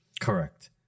Correct